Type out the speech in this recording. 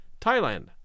Thailand